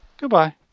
Goodbye